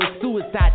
suicide